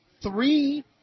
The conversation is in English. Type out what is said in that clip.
Three